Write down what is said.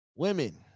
women